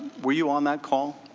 were you on that call?